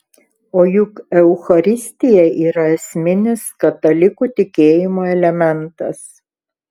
o juk eucharistija yra esminis katalikų tikėjimo elementas